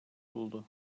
buldu